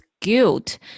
guilt